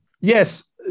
yes